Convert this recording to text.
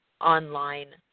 online